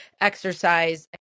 exercise